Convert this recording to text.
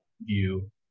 view